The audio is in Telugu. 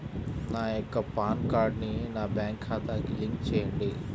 నా యొక్క పాన్ కార్డ్ని నా బ్యాంక్ ఖాతాకి లింక్ చెయ్యండి?